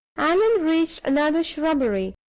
allan reached another shrubbery,